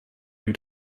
due